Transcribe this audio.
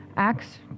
Acts